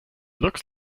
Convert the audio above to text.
looks